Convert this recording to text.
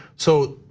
so